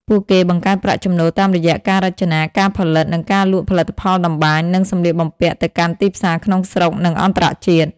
ពួកគេបង្កើតប្រាក់ចំណូលតាមរយៈការរចនា ការផលិត និងការលក់ផលិតផលតម្បាញ និងសម្លៀកបំពាក់ទៅកាន់ទីផ្សារក្នុងស្រុក និងអន្តរជាតិ ។